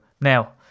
Now